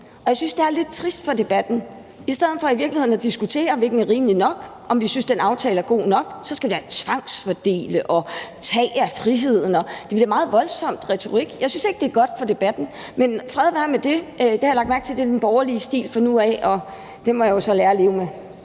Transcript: og jeg synes, det er lidt trist for debatten. I stedet for i virkeligheden at diskutere, hvilket er rimeligt nok, om vi synes, den aftale er god nok, så taler man om at tvangsfordele og at tage af friheden. Det bliver en meget voldsom retorik. Jeg synes ikke, det er godt for debatten. Men fred være med det – det har jeg lagt mærke til er den borgerlige stil fra nu af, og det må jeg så lære at leve med.